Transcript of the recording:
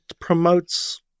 promotes